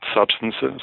substances